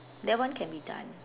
that one can be done